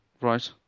right